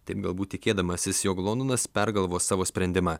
taip galbūt tikėdamasis jog londonas pergalvos savo sprendimą